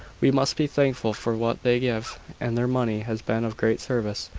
we must be thankful for what they give and their money has been of great service,